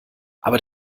aber